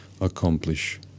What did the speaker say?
accomplish